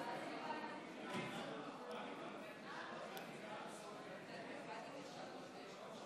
לכן אני מבקש שמי שאיננו נמצא באותיות